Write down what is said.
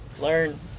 Learn